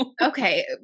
okay